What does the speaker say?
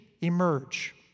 emerge